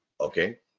Okay